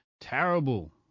Terrible